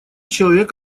человек